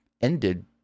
ended